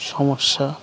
সমস্যা